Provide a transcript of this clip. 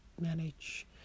manage